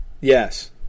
Yes